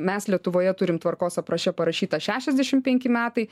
mes lietuvoje turim tvarkos apraše parašyta šešiasdešim penki metai